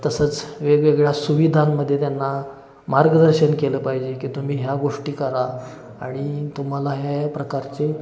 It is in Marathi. तसंच वेगवेगळ्या सुविधांमध्ये त्यांना मार्गदर्शन केलं पाहिजे की तुम्ही ह्या गोष्टी करा आणि तुम्हाला ह्या ह्या प्रकारचे